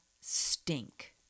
stink